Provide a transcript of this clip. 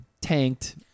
tanked